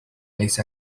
ليس